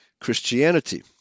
Christianity